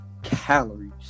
calories